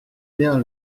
bien